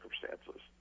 circumstances